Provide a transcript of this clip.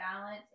balance